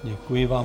Děkuji vám.